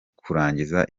kurangiza